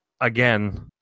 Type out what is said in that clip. again